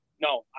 no